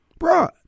Bruh